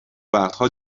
وقتها